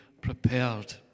prepared